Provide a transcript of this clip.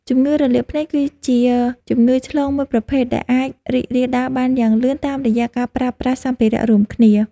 ជំងឺរលាកភ្នែកគឺជាជំងឺឆ្លងមួយប្រភេទដែលអាចរីករាលដាលបានយ៉ាងលឿនតាមរយៈការប្រើប្រាស់សម្ភារៈរួមគ្នា។